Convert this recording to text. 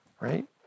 right